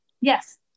Yes